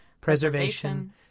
preservation